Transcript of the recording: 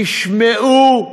ישמעו,